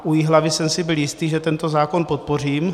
U Jihlavy jsem si byl jistý, že tento zákon podpořím.